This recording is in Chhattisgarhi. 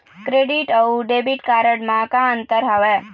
क्रेडिट अऊ डेबिट कारड म का अंतर हावे?